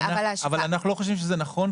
אבל --- אבל אנחנו חושבים שזה לא נכון,